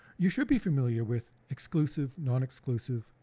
you should be familiar with exclusive, non exclusive,